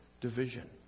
division